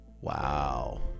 wow